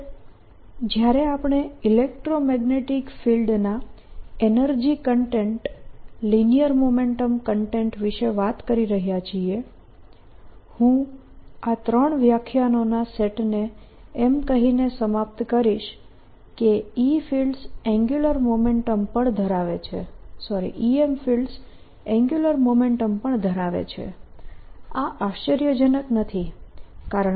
આખરે જ્યારે આપણે ઇલેક્ટ્રોમેગ્નેટીક ફિલ્ડના energy content linear momentum content વિશે વાત કરી રહ્યા છીએ હું આ ત્રણ વ્યાખ્યાનોના સેટને એમ કહીને સમાપ્ત કરીશ કે EM ફિલ્ડ્સ એન્ગ્યુલર મોમેન્ટમ પણ ધરાવે છે આ આશ્ચર્યજનક નથી